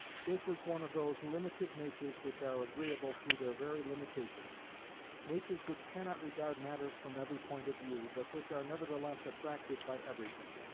his was one of those limited natures which are agreeable through their very limitations natures which cannot regard matters from every point of view, but which are nevertheless attracted by everything.